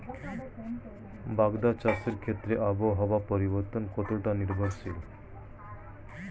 বাগদা চাষের ক্ষেত্রে আবহাওয়ার পরিবর্তন কতটা নির্ভরশীল?